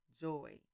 joy